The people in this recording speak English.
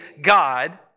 God